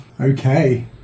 okay